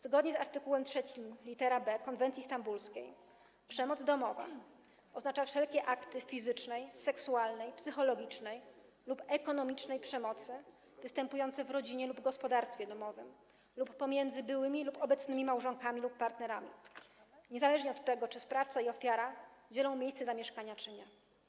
Zgodnie z art. 3 lit. b konwencji stambulskiej, przemoc domowa oznacza wszelkie akty fizycznej, seksualnej, psychologicznej lub ekonomicznej przemocy występujące w rodzinie lub gospodarstwie domowym, lub pomiędzy byłymi lub obecnymi małżonkami lub partnerami, niezależnie od tego, czy sprawca i ofiara dzielą miejsce zamieszkania, czy nie.